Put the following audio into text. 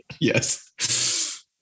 Yes